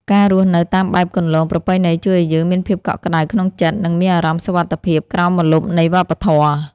ការរស់នៅតាមបែបគន្លងប្រពៃណីជួយឱ្យយើងមានភាពកក់ក្ដៅក្នុងចិត្ត និង មានអារម្មណ៍សុវត្ថិភាពក្រោមម្លប់នៃវប្បធម៌។